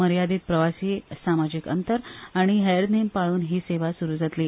मर्यादीत प्रवासी सामाजीक अंतर आनी हेर नेम पाळून ही सेवा सुरु जातली